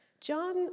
John